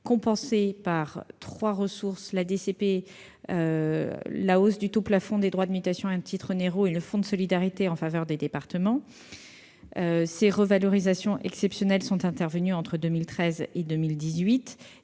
compensation péréquée (DCP), la hausse du taux plafond des droits de mutation à titre onéreux et le fonds de solidarité en faveur des départements. Ces revalorisations exceptionnelles sont intervenues entre 2013 et 2018,